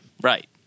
Right